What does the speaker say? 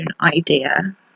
idea